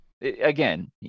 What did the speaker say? again